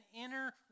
inner